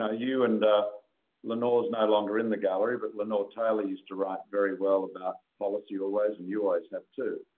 ah you and lenore is no longer in the gallery. but lenore taylor used to write very well about policy always, and you always have, too.